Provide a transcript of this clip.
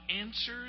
answers